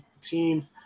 team